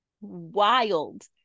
wild